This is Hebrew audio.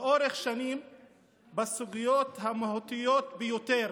לאורך שנים בסוגיות המהותיות ביותר